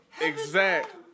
exact